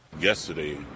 Yesterday